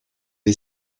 est